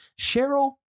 Cheryl